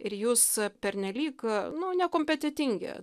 ir jūs pernelyg nu nekompetentingi